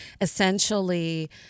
essentially